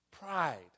pride